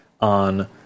on